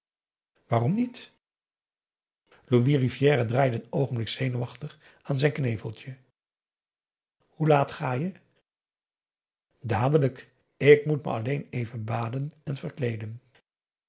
waarom niet louis rivière draaide een oogenblik zenuwachtig aan zijn kneveltje hoe laat ga je dadelijk ik moet me alleen even baden en verkleeden